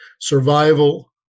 survival